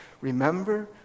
remember